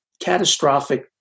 catastrophic